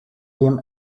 him